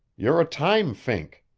you're a time-fink.